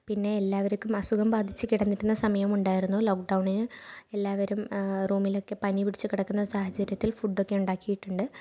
പിന്നെ എല്ലാവർക്കും അസുഖം ബാധിച്ച് കിടന്നിരുന്ന സമയം ഉണ്ടായിരുന്നു ലോക്ക്ഡൗണിന് എല്ലാവരും റൂമിലൊക്കെ പനി പിടിച്ച് കിടക്കുന്ന സാഹചര്യത്തിൽ ഫുഡൊക്കെ ഉണ്ടാക്കിയിട്ടൂണ്ട്